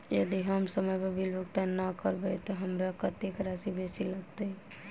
यदि हम समय पर बिल भुगतान नै करबै तऽ हमरा कत्तेक राशि बेसी लागत?